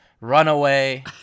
runaway